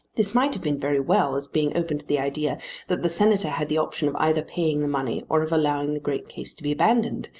this might have been very well as being open to the idea that the senator had the option of either paying the money or of allowing the great case to be abandoned,